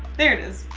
there it is.